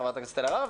חברת הכנסת אלהרר,